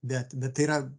bet bet tai yra